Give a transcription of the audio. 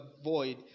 avoid